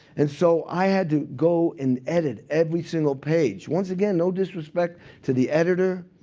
and so i had to go and edit every single page. once again, no disrespect to the editor,